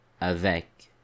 avec